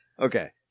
Okay